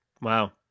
wow